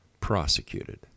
prosecuted